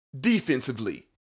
defensively